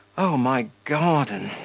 oh, my garden,